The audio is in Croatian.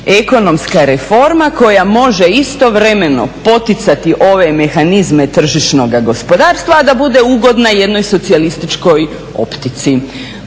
ekonomska reforma koja može istovremeno poticati ove mehanizme tržišnoga gospodarstva, a da bude ugodna jednoj socijalističkoj optici